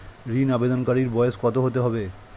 ঋন আবেদনকারী বয়স কত হতে হবে?